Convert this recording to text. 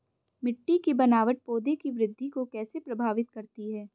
मिट्टी की बनावट पौधों की वृद्धि को कैसे प्रभावित करती है?